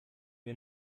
wir